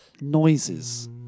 Noises